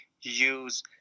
use